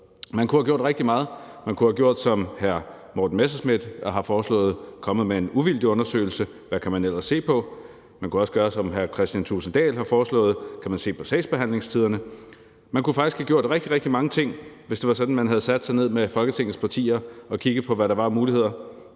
Man kunne have gjort rigtig meget. Man kunne have gjort, som hr. Morten Messerschmidt har foreslået, og være kommet med en uvildig undersøgelse af, hvad man ellers kan se på. Man kunne også gøre, som hr. Kristian Thulesen Dahl har foreslået, nemlig at se på sagsbehandlingstiderne. Man kunne faktisk have gjort rigtig, rigtig mange ting, hvis det var sådan, at man havde sat sig ned med Folketingets partier og kigget på, hvad der var af muligheder,